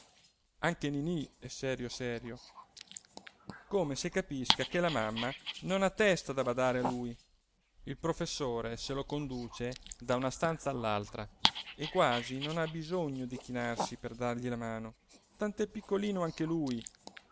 anche ninì è serio serio come se capisca che la mamma non ha testa da badare a lui il professore se lo conduce da una stanza all'altra e quasi non ha bisogno di chinarsi per dargli la mano tant'è piccolino anche lui